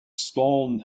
stall